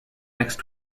next